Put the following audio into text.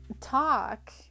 talk